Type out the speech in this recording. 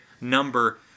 number